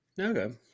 okay